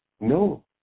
No